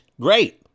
great